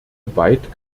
weit